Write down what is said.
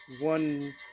one